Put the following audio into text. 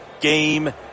game